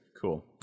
Cool